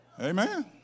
Amen